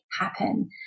happen